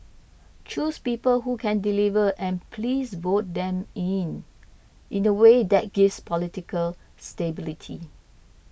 choose people who can deliver and please vote them in in a way that gives political stability